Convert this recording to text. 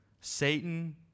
Satan